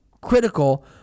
critical